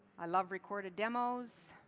i love recorded demos.